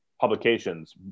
publications